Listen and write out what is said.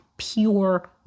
pure